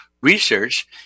research